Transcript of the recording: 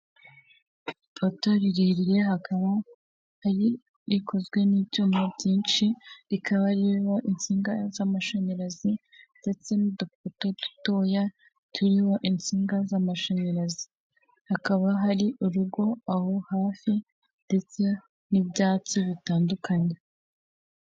ipoto ry'umuriro rikaba rikozwe n'ibyuma byinshi rikaba ririmo insinga z'amashanyarazi ndetse n'udufoto dutoya turimo insinga z'amashanyarazi, hakaba hari urugo aho hafi ndetse n'ibyatsi bitandukanye.